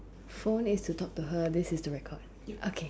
phone is to talk to her this is the record okay